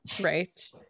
right